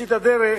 בראשית הדרך